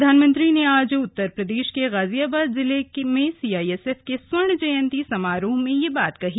प्रधानमंत्री ने आज उत्तर प्रदेश के गाजियाबाद जिले में सीआईएसएफ के स्वर्ण जयंती समारोह में यह बात कही